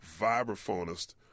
vibraphonist